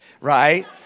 right